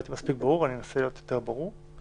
אני אנסה להיות יותר ברור.